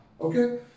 Okay